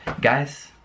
guys